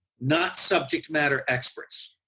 not subject matter experts.